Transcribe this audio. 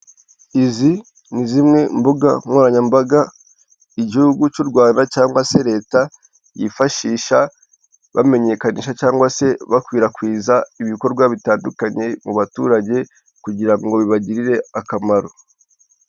Izi ni zimwe mbugankoranyambaga igihugu cy'u Rwanda cyangwa se leta yifashisha bamenyekanisha cyangwa se bakwirakwiza ibikorwa bitandukanye mu baturage kugira ngo bibagirire akamaro.